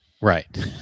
right